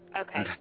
Okay